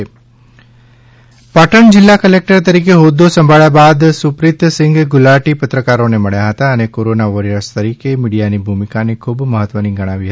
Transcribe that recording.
પાટણમાં નવા કલેકટર પાટણ જિલ્લા કલેકટર તરીકે હોદ્દો સાંભળ્યા બાદ સુપ્રીત સિંઘ ગુલાટી પત્રકારોને મળ્યા હતા અને કોરોના વોરિયર તરીકે મીડિયાની ભૂમિકાને ખૂબ મહત્વની ગણાવી હતી